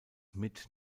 mit